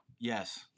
Yes